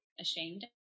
ashamed